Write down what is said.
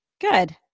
Good